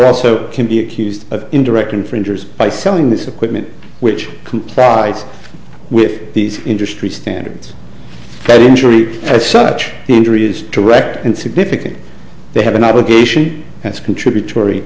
also can be accused of indirect infringers by selling this equipment which complied with these industry standards that injury such injuries direct and significant they have an obligation as contributory